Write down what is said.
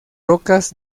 rocas